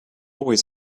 always